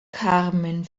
carmen